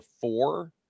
four